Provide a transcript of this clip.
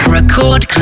Record